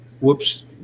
whoops